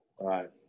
right